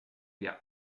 wir